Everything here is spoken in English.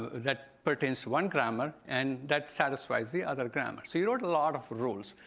that pertains one grammar and that satisfies the other grammar. so you wrote a lot of rules.